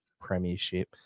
premiership